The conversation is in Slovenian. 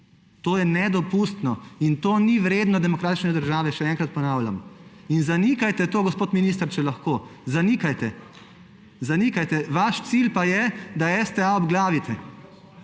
to je nedopustno in to ni vredno demokratične države, še enkrat ponavljam. In zanikajte to, gospod minister, če lahko, zanikajte, zanikajte. Vaš cilj pa je, da STA obglavite,